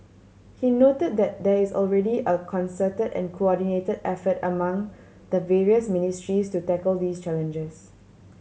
he noted that there is already a concerted and coordinated effort among the various ministries to tackle these challenges